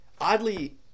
oddly